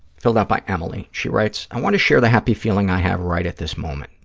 filled out by emily. she writes, i want to share the happy feeling i have right at this moment.